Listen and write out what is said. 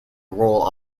role